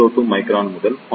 02 micron முதல் 0